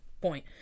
point